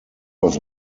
was